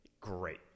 great